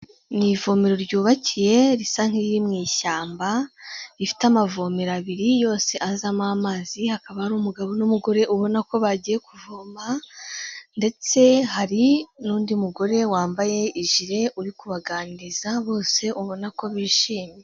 Mu ivomero ryubakiye risa nk'iriri mu ishyamba, rifite amavomero abiri yose azamo amazi, hakaba hari umugabo n'umugore, ubona ko bagiye kuvoma, ndetse hari n'undi mugore wambaye ijire uri kubaganiriza, bose ubona ko bishimye.